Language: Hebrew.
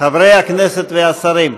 חברי הכנסת והשרים,